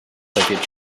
soviet